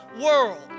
world